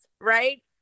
right